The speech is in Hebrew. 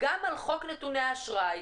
גם על חוק נתוני אשראי,